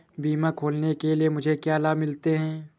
बीमा खोलने के लिए मुझे क्या लाभ मिलते हैं?